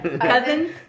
Cousins